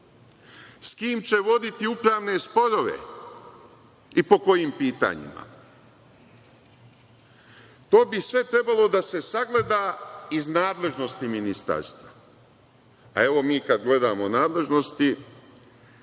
S kim će voditi upravne sporove i po kojim pitanjima? To bi sve trebalo da se sagleda iz nadležnosti ministarstva. A evo, mi kad gledamo nadležnosti,